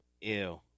Ew